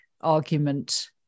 argument